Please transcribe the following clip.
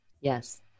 Yes